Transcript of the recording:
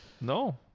No